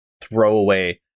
throwaway